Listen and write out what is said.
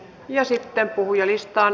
ja sitten puhujalistaan